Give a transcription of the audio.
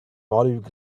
olive